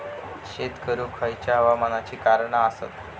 शेत करुक खयच्या हवामानाची कारणा आसत?